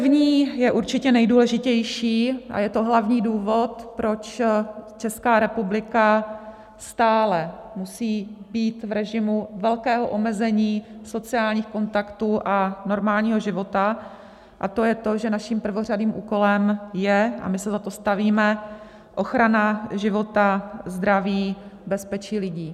První je určitě nejdůležitější a je to hlavní důvod, proč Česká republika stále musí být v režimu velkého omezení sociálních kontaktů a normálního života, a to je to, že naším prvořadým úkolem je, a my se za to stavíme, ochrana života, zdraví, bezpečí lidí.